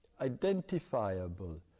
identifiable